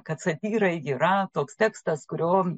kad satyra yra toks tekstas kurio